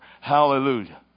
Hallelujah